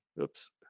Oops